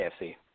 KFC